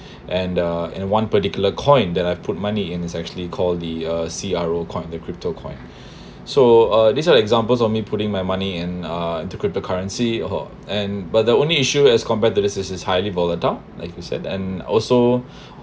and uh in one particular coin that I've put money in its actually call the uh C_R_O coin the crypto coin so uh this one examples of me putting my money in uh into crypto currency or and but the only issue as compared to this this is highly volatile like you said and also